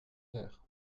terre